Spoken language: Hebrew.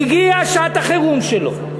הגיעה שעת החירום שלו.